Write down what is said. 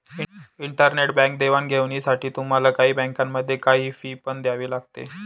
internet bank देवाणघेवाणीसाठी तुम्हाला काही बँकांमध्ये, काही फी पण द्यावी लागते